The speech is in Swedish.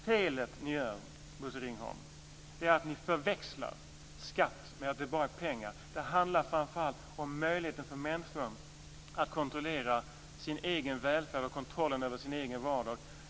Felet ni gör, Bosse Ringholm, är att ni uppfattar skatt som enbart pengar. Det handlar framför allt om möjligheten för människor att kontrollera sin egen välfärd och sin egen vardag.